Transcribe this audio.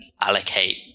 allocate